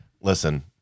listen